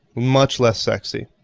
much less sexy.